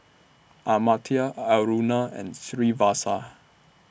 Amartya Aruna and Srinivasa